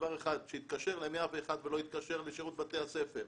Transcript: שיתקשר ל-101 ולא יתקשר לשירות בתי הספר,